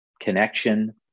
connection